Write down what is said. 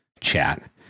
chat